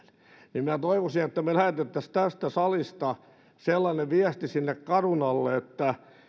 minä toivoisin että me lähettäisimme tästä salista sellainen viestin carunalle